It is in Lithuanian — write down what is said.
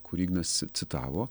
kurį ignas ci citavo